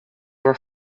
were